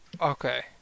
okay